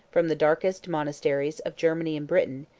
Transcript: from the darkest monasteries of germany and britain,